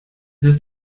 ist